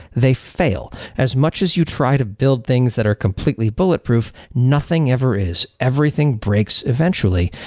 they fail. as much as you try to build things that are completely bulletproof, nothing ever is. everything breaks eventually,